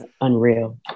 unreal